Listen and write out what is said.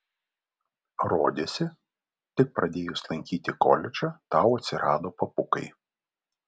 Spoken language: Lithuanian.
rodėsi tik pradėjus lankyti koledžą tau atsirado papukai